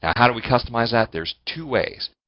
how do we customize that? there's two ways.